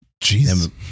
Jesus